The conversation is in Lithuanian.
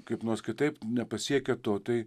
kaip nors kitaip nepasiekia to tai